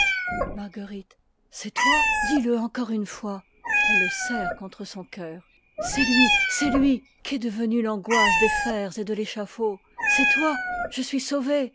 marguerite c'est toi dis-le encore une fois elle le serre coh e ok cceur c'est lui c'est lui qu'est de venue l'angoisse des fers et de l'échafaud c'est toi je suis sauvée